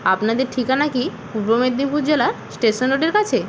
আপনাদের ঠিকানা কি পূর্ব মেদিনীপুর জেলা স্টেশন রোডের কাছে